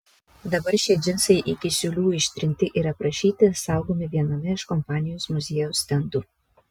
dabar šie džinsai iki siūlių ištirti ir aprašyti saugomi viename iš kompanijos muziejaus stendų